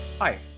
Hi